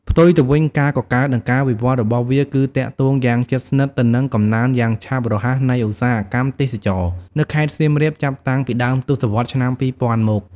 ផ្ទុយទៅវិញ ការកកើត និងការវិវត្តរបស់វាគឺទាក់ទងយ៉ាងជិតស្និទ្ធទៅនឹង កំណើនយ៉ាងឆាប់រហ័សនៃឧស្សាហកម្មទេសចរណ៍ នៅខេត្តសៀមរាប ចាប់តាំងពីដើមទសវត្សរ៍ឆ្នាំ ២០០០ មក។